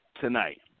tonight